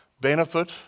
benefit